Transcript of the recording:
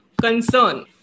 concern